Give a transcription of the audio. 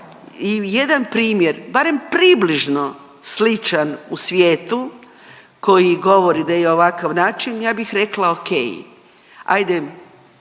i jedan primjer, barem približno sličan u svijetu, koji govori da je ovakav način, ja bih rekla ok, ajde.